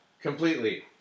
completely